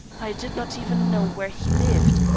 i did not even know where he lived.